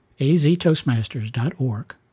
aztoastmasters.org